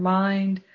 mind